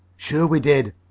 sure we did,